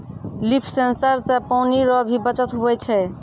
लिफ sensor से पानी रो भी बचत हुवै छै